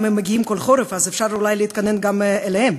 אם הם מגיעים בכל חורף אז אפשר אולי להתכונן גם אליהם.